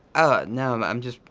ah no, i'm just.